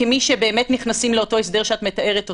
כמי שבאמת נכנסים לאותו הסדר שאת מתארת אותו,